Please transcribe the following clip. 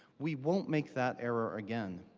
we won't make that error again.